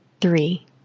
three